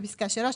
בפסקה 3,